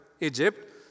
Egypt